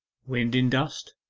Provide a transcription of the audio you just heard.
wind in dust.